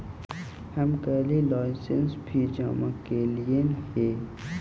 हम कलहही licence fees जमा करयलियइ हे